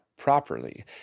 properly